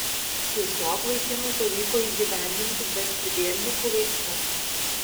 tiesiog vaikinui pavyko įgyvendinti bezpridielnikų veiksmus